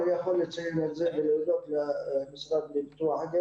הוא כבר כשנה וחצי לא הוציא את הקול הקורא של פעילות ביישובי פתחת